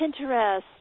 Pinterest